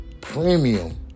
Premium